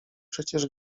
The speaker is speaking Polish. przecież